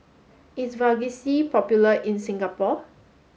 is Vagisil popular in Singapore